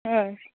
हय